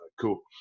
cool